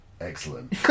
Excellent